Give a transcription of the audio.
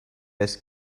best